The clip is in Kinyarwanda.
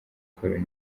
col